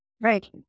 Right